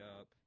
up